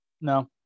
no